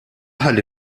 ħalli